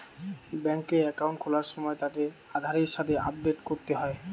বেংকে একাউন্ট খোলার সময় তাকে আধারের সাথে আপডেট করতে হয়